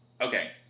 Okay